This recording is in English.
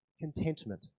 Contentment